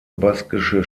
baskische